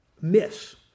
miss